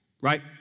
right